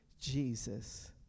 Jesus